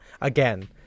again